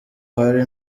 hari